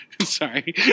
sorry